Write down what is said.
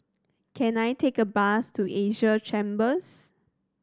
can I take a bus to Asia Chambers